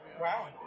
Wow